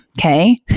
Okay